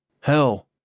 Hell